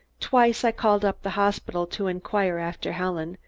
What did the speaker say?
twice i called up the hospital to inquire after helen,